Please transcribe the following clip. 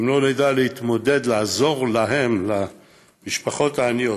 אם לא נדע להתמודד, לעזור למשפחות העניות